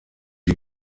die